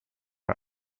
are